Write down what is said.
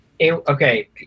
Okay